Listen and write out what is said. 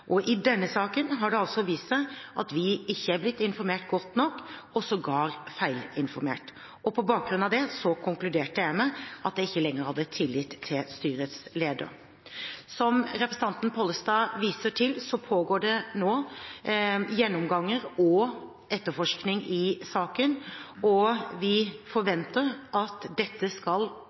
I denne saken har det altså vist seg at vi ikke er blitt informert godt nok og sågar feilinformert, og på bakgrunn av det konkluderte jeg med at jeg ikke lenger hadde tillit til styrets leder. Som representanten Pollestad viser til, pågår det nå gjennomganger og etterforskning i saken, og vi forventer at dette skal